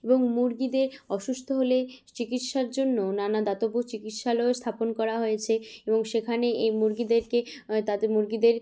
এবং মুরগিদের অসুস্থ হলে চিকিৎসার জন্য নানা দাতব্য চিকিৎসালয়ও স্থাপন করা হয়েছে এবং সেখানে এই মুরগিদেরকে তাতে মুরগিদের